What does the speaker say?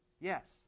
yes